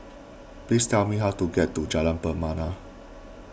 please tell me how to get to Jalan Pernama